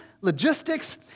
logistics